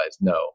no